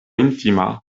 intima